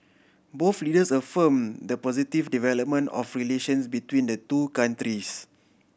both leaders affirm the positive development of relations between the two countries